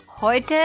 Heute